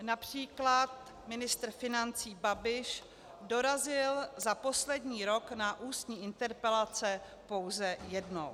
Například ministr financí Babiš dorazil za poslední rok na ústní interpelace pouze jednou.